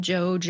Joe